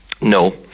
No